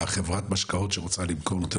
חברת המשקאות שרוצה למכור.